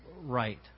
right